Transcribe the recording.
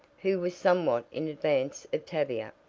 who was somewhat in advance of tavia.